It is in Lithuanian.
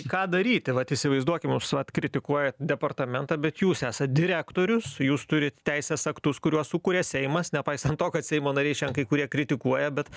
ką daryti vat įsivaizduokim mus vat kritikuoja departamentą bet jūs esat direktorius jūs turit teisės aktus kuriuos sukūrė seimas nepaisant to kad seimo nariai šian kai kurie kritikuoja bet